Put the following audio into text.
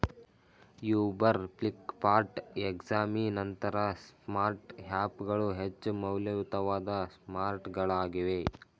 Uber, Flipkart, ಎಕ್ಸಾಮಿ ನಂತಹ smart app ಗಳು ಹೆಚ್ಚು ಮೌಲ್ಯಯುತವಾದ ಸ್ಮಾರ್ಟ್ಗಳಾಗಿವೆ